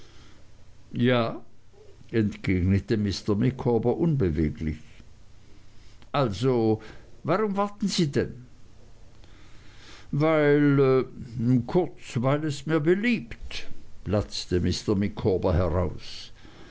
ja entgegnete mr micawber unbeweglich also warum warten sie dann weil kurz weil es mir beliebt platzte mr micawber heraus